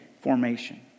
formation